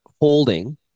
holding